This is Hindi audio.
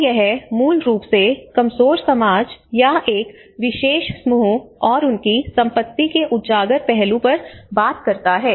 तो यह मूल रूप से कमजोर समाज या एक विशेष समूह और उनकी संपत्ति के उजागर पहलू पर बात कर रहा है